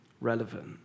relevant